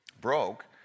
broke